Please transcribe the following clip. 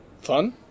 Fun